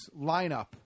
lineup